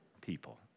people